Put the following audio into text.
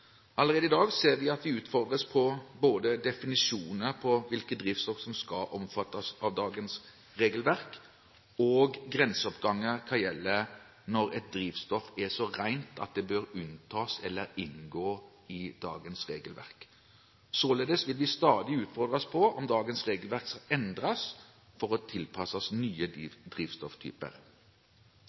Allerede i dag ser vi at vi utfordres på både definisjoner på hvilke drivstoff som skal omfattes av dagens regelverk, og grenseoppganger hva gjelder når et drivstoff er så rent at det bør unntas eller inngå i dagens regelverk. Således vil vi stadig utfordres på om dagens regelverk skal endres for å tilpasses nye drivstofftyper.